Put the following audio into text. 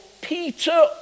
Peter